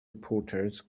reporters